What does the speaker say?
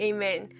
Amen